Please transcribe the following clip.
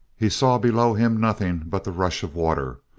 he saw below him nothing but the rush of water,